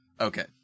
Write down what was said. Okay